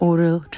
Oral